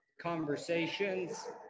conversations